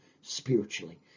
spiritually